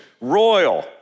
royal